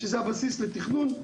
שזה הבסיס לתכנון.